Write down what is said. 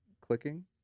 clicking